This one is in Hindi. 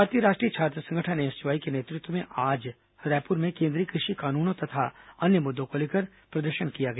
भारतीय राष्ट्रीय छात्र संगठन एनएसयूआई के नेतृत्व में आज रायपुर में केंद्रीय कृषि कानूनों सहित अन्य मुद्दों को लेकर प्रदर्शन किया गया